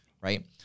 right